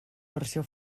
versió